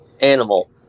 animal